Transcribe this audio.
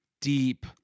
deep